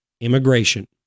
immigration